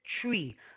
tree